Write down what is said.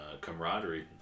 camaraderie